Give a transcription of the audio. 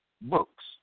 Books